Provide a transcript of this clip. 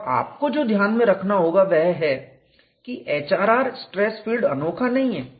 और आपको जो ध्यान में रखना होगा वह है कि HRR स्ट्रेस फील्ड अनोखा नहीं है